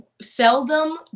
seldom